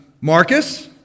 Marcus